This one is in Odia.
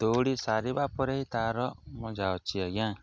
ଦୌଡ଼ି ସାରିବା ପରେ ହି ତାର ମଜା ଅଛି ଆଜ୍ଞା